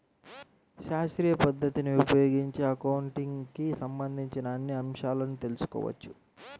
శాస్త్రీయ పద్ధతిని ఉపయోగించి అకౌంటింగ్ కి సంబంధించిన అన్ని అంశాలను తెల్సుకోవచ్చు